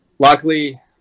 Luckily